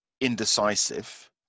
indecisive